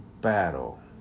battle